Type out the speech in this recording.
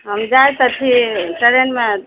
हम जाइ तऽ छी ट्रेनमे